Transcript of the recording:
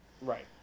Right